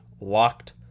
locked